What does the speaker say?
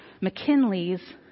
McKinley's